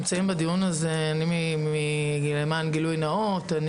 למען גילוי נאות,